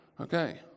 Okay